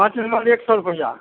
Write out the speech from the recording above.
पाँच नम्मर एक सए रुपैआ